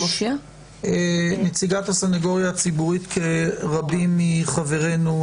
נציגת הסניגוריה הציבורית, כרבים מחברינו,